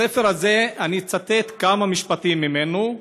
הספר הזה, אני אצטט כמה משפטים ממנו,